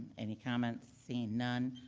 any comments? seeing none,